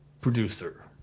producer